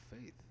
faith